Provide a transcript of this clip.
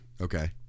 Okay